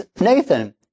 Nathan